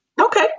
Okay